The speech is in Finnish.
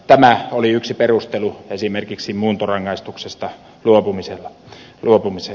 tämä oli yksi perustelu esimerkiksi muuntorangaistuksesta luopumisen tapauksessa